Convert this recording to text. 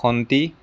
খন্তি